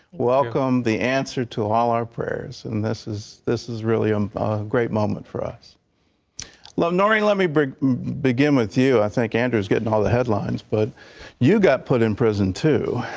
welcome the answer to all our prayers and this is this is um great moment for us lenore in let me bring begin with you i think and is getting all the headlines but you got put in prison too.